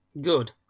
Good